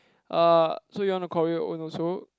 uh so you want to choreo your own also